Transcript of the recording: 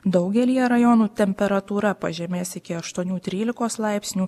daugelyje rajonų temperatūra pažemės iki aštuonių trylikos laipsnių